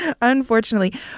Unfortunately